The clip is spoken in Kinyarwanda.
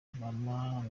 mama